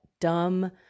dumb